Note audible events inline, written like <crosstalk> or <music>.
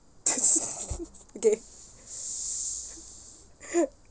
<laughs> okay <laughs>